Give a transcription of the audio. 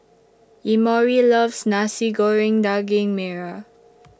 Emory loves Nasi Goreng Daging Merah